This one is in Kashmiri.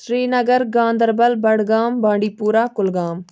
سرینَگَر گانٛدَربَل بَڈگام بانٛڈی پوٗرہ کُلگام